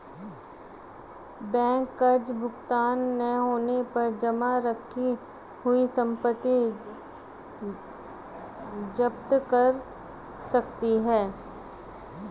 bank कर्ज भुगतान न होने पर जमा रखी हुई संपत्ति जप्त कर सकती है